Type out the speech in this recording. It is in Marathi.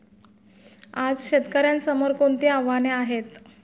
आज शेतकऱ्यांसमोर कोणती आव्हाने आहेत?